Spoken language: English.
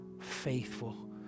faithful